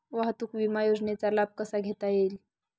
वाहतूक विमा योजनेचा लाभ कसा घेता येईल?